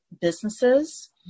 businesses